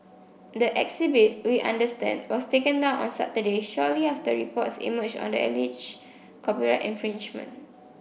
the exhibit we understand was taken down on Saturday shortly after reports emerged on the alleged copyright infringement